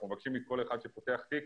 אנחנו מבקשים מכל אחד שפותח תיק